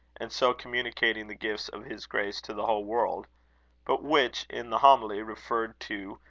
and so communicating the gifts of his grace to the whole world but which, in the homily referred to,